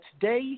today